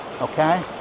okay